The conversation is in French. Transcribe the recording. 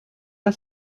pas